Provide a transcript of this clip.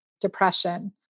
depression